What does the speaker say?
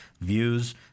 views